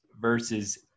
versus